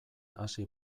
hasi